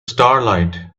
starlight